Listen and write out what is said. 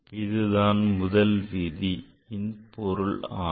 இதுதான் முதலாம் விதியின் பொருள் ஆகும்